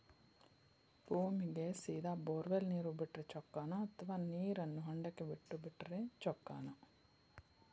ಭೂಮಿಗೆ ಸೇದಾ ಬೊರ್ವೆಲ್ ನೇರು ಬಿಟ್ಟರೆ ಚೊಕ್ಕನ ಅಥವಾ ನೇರನ್ನು ಹೊಂಡಕ್ಕೆ ಬಿಟ್ಟು ಬಿಟ್ಟರೆ ಚೊಕ್ಕನ?